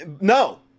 No